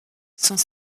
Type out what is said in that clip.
sans